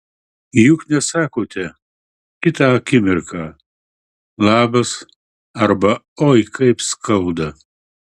juk nesakote kitą akimirką labas arba oi kaip skauda